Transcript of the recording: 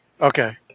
Okay